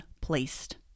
placed